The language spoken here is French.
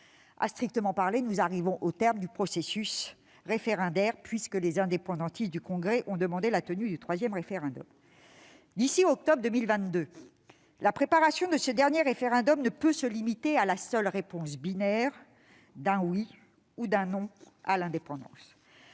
À strictement parler, nous arrivons au terme du processus référendaire, puisque les indépendantistes du Congrès ont demandé la tenue du troisième référendum. D'ici à octobre 2022, la préparation du dernier référendum ne peut se limiter à la seule réponse binaire d'un oui ou d'un non à l'indépendance.